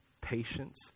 patience